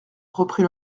reprit